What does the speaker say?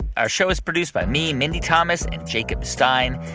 our show is produced by me, mindy thomas and jacob stein.